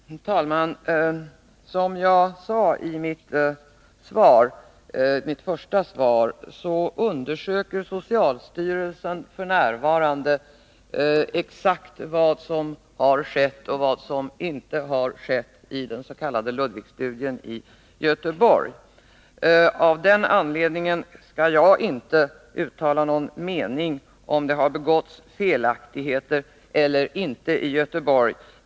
Herr talman! Som jag sade i mitt svar undersöker socialstyrelsen f. n. exakt vad som har skett och inte skett i dens.k. Ludwigstudien i Göteborg. Av den anledningen skall jag inte uttala någon mening om huruvida det har begåtts felaktigheter eller inte i Göteborg.